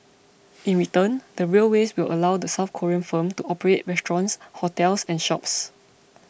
in return the railways will allow the South Korean firm to operate restaurants hotels and shops